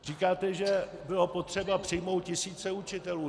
Říkáte, že bylo potřeba přijmout tisíce učitelů.